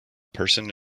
person